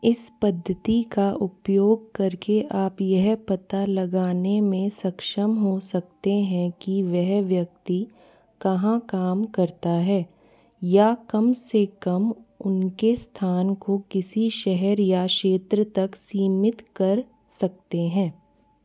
इस पद्धति का उपयोग करके आप यह पता लगाने में सक्षम हो सकते हैं कि वह व्यक्ति कहाँ काम करता है या कम से कम उनके स्थान को किसी शहर या क्षेत्र तक सीमित कर सकते हैं